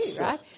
right